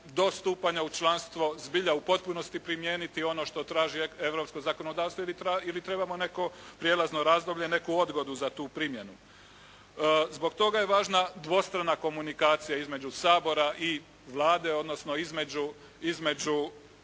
u članstvo zbilja u potpunosti primijeniti ono što traži europsko zakonodavstvo ili trebamo neko prijelazno razdoblje, neku odgodu za tu primjenu. Zbog toga je važna dvostrana komunikacija između Sabora i Vlade odnosno između